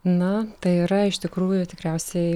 na tai yra iš tikrųjų tikriausiai